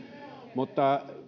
mutta